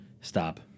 stop